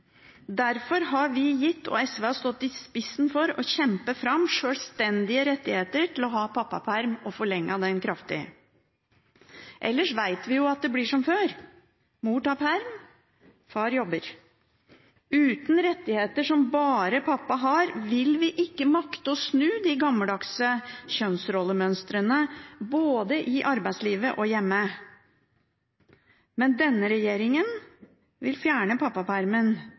SV har stått i spissen for å kjempe fram sjølstendige rettigheter til å ha pappaperm og forlenget pappapermen kraftig. Ellers vet vi at det blir som før – mor tar perm og far jobber. Uten rettigheter som bare pappa har, vil vi ikke makte å snu de gammeldagse kjønnsrollemønstrene både i arbeidslivet og hjemme. Denne regjeringen vil fjerne deler av pappapermen,